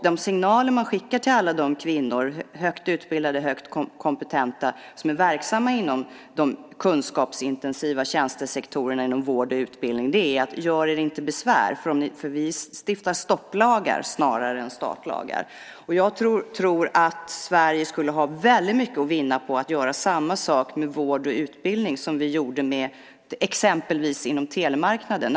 De signaler man skickar till de högutbildade och mycket kompetenta kvinnor som är verksamma inom de kunskapsintensiva tjänstesektorerna inom vård och utbildning är: Gör er inte besvär. Vi stiftar stopplagar snarare än startlagar. Sverige skulle ha väldigt mycket att vinna på att göra samma sak med vård och utbildning som vi gjorde exempelvis inom telemarknaden.